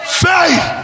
faith